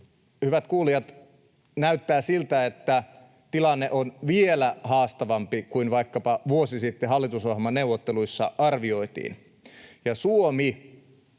hyvät kuulijat, näyttää siltä, että tilanne on vielä haastavampi kuin vaikkapa vuosi sitten hallitusohjelmaneuvotteluissa arvioitiin. Suomi,